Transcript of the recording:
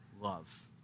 love